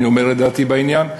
אומר את דעתי בעניין,